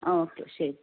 okay ശരി